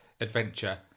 adventure